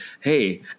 Hey